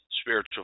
Spiritual